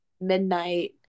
midnight